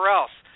else